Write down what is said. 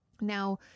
Now